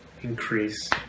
increase